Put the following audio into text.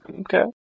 Okay